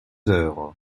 heures